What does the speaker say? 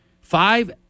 five